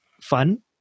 fun